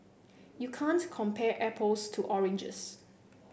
you can't compare apples to oranges